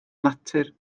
natur